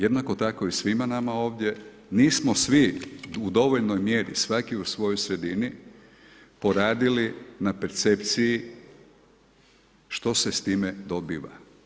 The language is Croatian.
Jednako tako i svim nama ovdje, nismo svi u dovoljnoj mjeri, svaki u svojoj sredini poradili na percepciji što se s time dobiva.